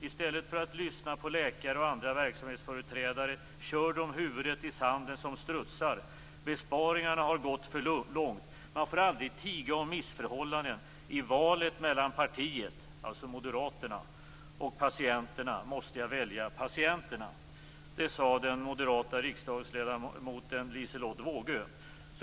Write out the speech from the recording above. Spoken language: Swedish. I stället för att lyssna på läkare och andra verksamhetsföreträdare kör de huvudet i sanden som strutsar. Besparingarna har gått för långt. Man får aldrig tiga om missförhållanden. I valet mellan partiet - alltså Moderaterna - och patienterna måste jag välja patienterna. Detta sade den moderata riksdagsledamoten Liselotte Wågö.